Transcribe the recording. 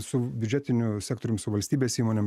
su biudžetiniu sektorium su valstybės įmonėm